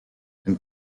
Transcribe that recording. and